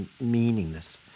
meaningless